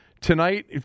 tonight